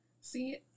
See